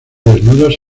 desnudos